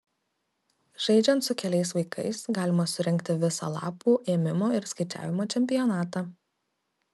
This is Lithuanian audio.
žaidžiant su keliais vaikais galima surengti visą lapų ėmimo ir skaičiavimo čempionatą